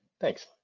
Thanks